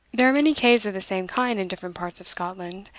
there are many caves of the same kind in different parts of scotland.